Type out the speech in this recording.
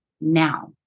now